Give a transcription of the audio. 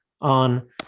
on